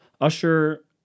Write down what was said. Usher